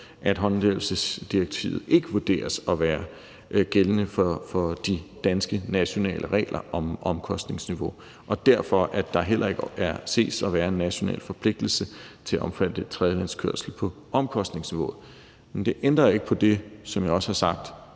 at håndhævelsesdirektivet ikke er gældende for de danske nationale regler om omkostningsniveau, og at der derfor heller ikke ses at være en national forpligtelse til at omfatte tredjelandskørsel på omkostningsniveauet. Men det ændrer ikke på det, som jeg også tror jeg